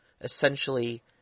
essentially